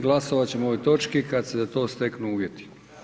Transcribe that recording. Glasovat ćemo o ovoj točki kad se za to steknu uvjeti.